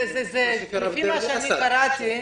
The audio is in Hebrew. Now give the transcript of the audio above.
זה בדיוק מה שקרה בדיר אל-אסד.